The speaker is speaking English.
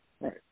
Right